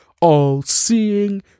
all-seeing